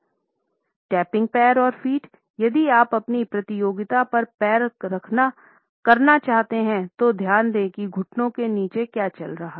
topic पैर और feet यदि आप अपनी प्रतियोगिता पर पैर करना चाहते हैं तो ध्यान दें कि घुटनों के नीचे क्या चल रहा है